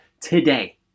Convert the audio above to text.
today